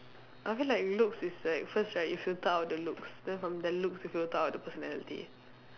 I feel like looks is like first right if you thought out the looks then from the looks you go thought out the personality